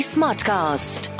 Smartcast